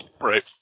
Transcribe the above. Right